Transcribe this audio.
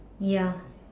ya